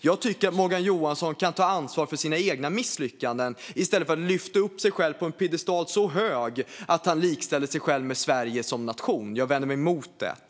Jag tycker att Morgan Johansson kan ta ansvar för sina egna misslyckanden i stället för att lyfta upp sig själv på en piedestal så hög att han likställer sig själv med Sverige som nation. Detta vänder jag mig emot.